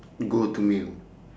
go to meal